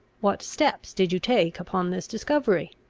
what steps did you take upon this discovery?